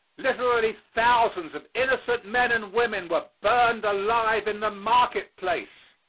literally thousands of innocent men and women were burned alive in the market place.